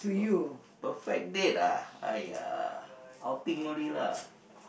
pe~ perfect date ah !aiya! outing only lah